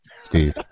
Steve